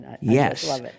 Yes